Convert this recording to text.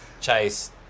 chase